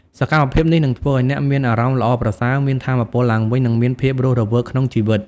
សកម្មភាពនេះនឹងធ្វើឲ្យអ្នកមានអារម្មណ៍ល្អប្រសើរ មានថាមពលឡើងវិញ និងមានភាពរស់រវើកក្នុងជីវិត។